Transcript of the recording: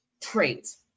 traits